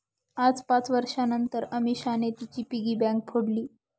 आज पाच वर्षांनतर अमीषाने तिची पिगी बँक फोडली